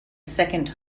second